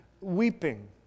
weeping